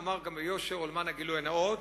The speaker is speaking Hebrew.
אומר ביושר ולמען הגילוי הנאות,